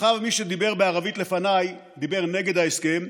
מאחר שמי שדיבר בערבית לפניי דיבר נגד ההסכם,